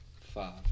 five